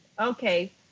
Okay